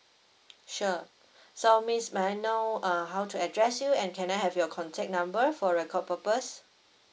sure so miss may I know uh how to address you and can I have your contact number for record purpose